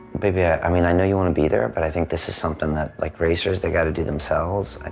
baby yeah i mean i know you want to be there, but i think this is something that like racers they gotta do themselves.